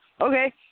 okay